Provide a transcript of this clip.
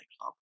club